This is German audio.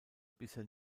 bisher